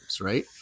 right